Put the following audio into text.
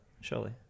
surely